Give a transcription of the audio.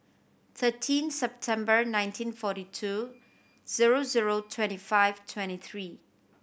thirteen September nineteen forty two zero zero twenty five twenty three